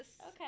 Okay